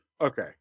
Okay